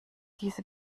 diese